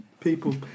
People